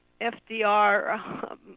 FDR